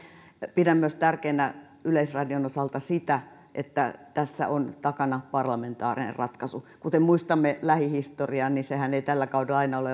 pidän myös tärkeänä yleisradion osalta sitä että tässä on takana parlamentaarinen ratkaisu kuten muistamme lähihistoriaa niin sehän ei tällä kaudella aina ole